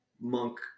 monk